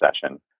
session